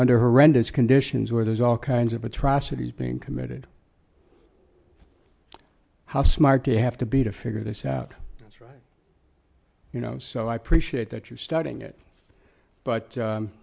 under horrendous conditions where there's all kinds of atrocities being committed how smart do you have to be to figure this out that's right you know so i appreciate that you're studying it but